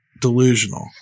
delusional